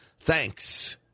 Thanks